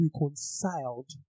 reconciled